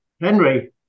Henry